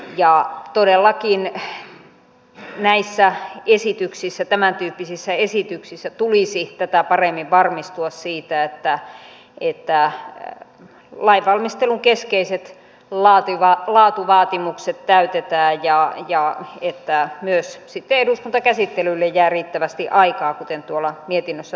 ja todellakin tämäntyyppisissä esityksissä tulisi tätä paremmin varmistua siitä että lainvalmistelun keskeiset laatuvaatimukset täytetään ja että myös sitten eduskuntakäsittelylle jää riittävästi aikaa kuten tuolla mietinnössä todetaan